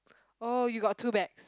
oh you got two bags